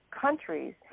countries